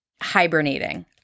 Hibernating